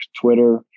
Twitter